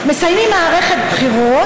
מסיימים מערכת בחירות,